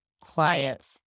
quiet